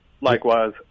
likewise